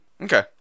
Okay